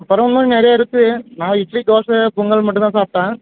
அப்புறம் இன்னும் நிறைய இருக்குது நான் இட்லி தோசை பொங்கல் மட்டுந்தான் சாப்பிட்டேன்